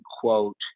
quote